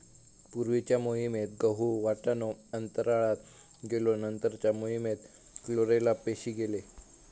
पूर्वीच्या मोहिमेत गहु, वाटाणो अंतराळात गेलो नंतरच्या मोहिमेत क्लोरेला पेशी गेले